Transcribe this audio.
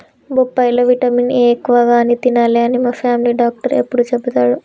బొప్పాయి లో vitamin A ఎక్కువ అని తినాలే అని మా ఫామిలీ డాక్టర్ ఎప్పుడు చెపుతాడు